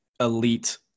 elite